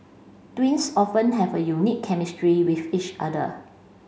twins often have a unique chemistry with each other